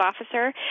officer